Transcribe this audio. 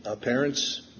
parents